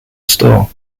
store